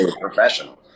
professional